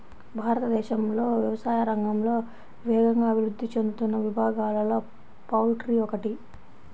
భారతదేశంలో వ్యవసాయ రంగంలో వేగంగా అభివృద్ధి చెందుతున్న విభాగాలలో పౌల్ట్రీ ఒకటి